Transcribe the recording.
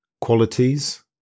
qualities